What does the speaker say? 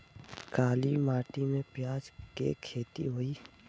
काली माटी में प्याज के खेती होई?